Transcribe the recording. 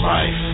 Life